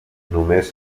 només